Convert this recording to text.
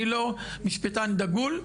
אני לא משפטן דגול,